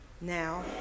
Now